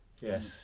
Yes